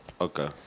Okay